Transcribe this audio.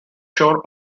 shore